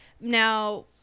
now